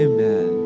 Amen